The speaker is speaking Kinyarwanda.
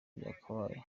byakabaye